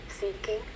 seeking